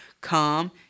Come